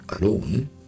alone